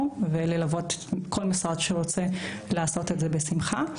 וללוות כל משרד שרוצה לעשות את זה בשמחה.